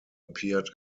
appeared